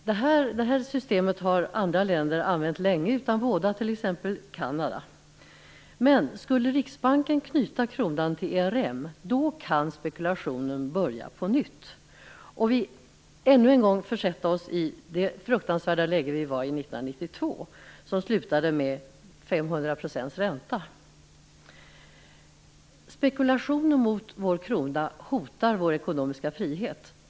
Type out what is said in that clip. Detta system har andra länder använt länge utan våda, t.ex. Kanada. Men skulle Riksbanken knyta kronan till ERM kan spekulationen börja på nytt. Vi skulle ännu en gång försätta oss i det fruktansvärda läge som vi hade 1992 och som slutade med 500 % Spekulationer mot kronan hotar vår ekonomiska frihet.